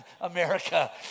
America